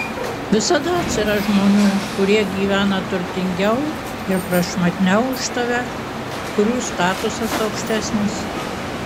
visada atsiras žmonių kurie gyvena turtingiau ir prašmatniau už tave kurių statusas aukštesnis